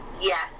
yes